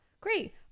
great